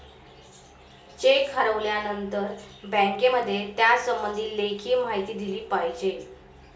check हरवल्यानंतर बँकेमध्ये त्यासंबंधी लेखी माहिती दिली पाहिजे